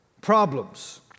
problems